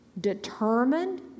determined